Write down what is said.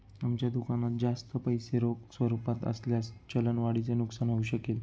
आमच्या दुकानात जास्त पैसे रोख स्वरूपात असल्यास चलन वाढीचे नुकसान होऊ शकेल